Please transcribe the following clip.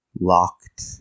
locked